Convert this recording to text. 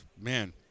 man